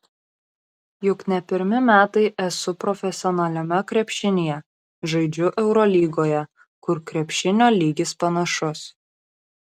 juk ne pirmi metai esu profesionaliame krepšinyje žaidžiu eurolygoje kur krepšinio lygis panašus